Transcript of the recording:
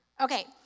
Okay